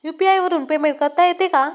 UPI वरून payment करता येते का?